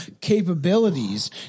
capabilities